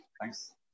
Thanks